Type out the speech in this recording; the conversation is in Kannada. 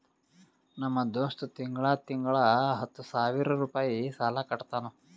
ನಮ್ ದೋಸ್ತ ತಿಂಗಳಾ ತಿಂಗಳಾ ಹತ್ತ ಸಾವಿರ್ ರುಪಾಯಿ ಸಾಲಾ ಕಟ್ಟತಾನ್